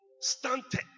stunted